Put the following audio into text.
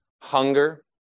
hunger